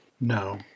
No